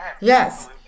Yes